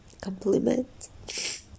compliment